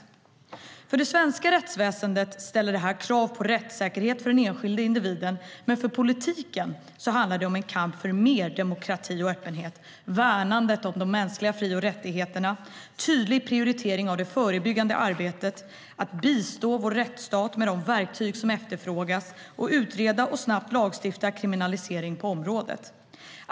För det svenska rättsväsendet ställer det här krav på rättssäkerhet för den enskilde individen, men för politiken handlar det om en kamp för mer demokrati och öppenhet, värnandet av mänskliga fri och rättigheter, tydlig prioritering av det förebyggande arbetet, att bistå vår rättsstat med de verktyg som efterfrågas och att utreda och snabbt lagstifta om kriminalisering på området.